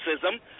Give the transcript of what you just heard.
racism